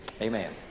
Amen